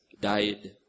died